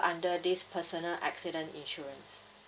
under this personal accident insurance